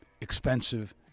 expensive